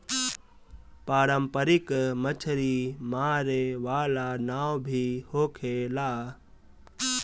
पारंपरिक मछरी मारे वाला नाव भी होखेला